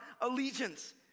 allegiance